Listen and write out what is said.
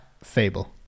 Fable